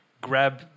grab